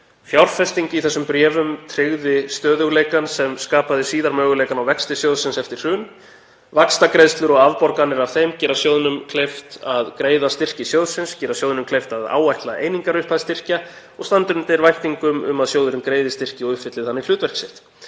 „Fjárfesting í þessum bréfum tryggði stöðugleikann sem skapaði síðar möguleikann á vexti sjóðsins eftir hrun. Vaxtagreiðslur og afborganir af þeim gera sjóðnum kleift að greiða styrki sjóðsins, gera sjóðnum kleift að áætla einingarupphæð styrkja og standa undir væntingum um að sjóðurinn greiði styrki og uppfylli þannig hlutverk sitt.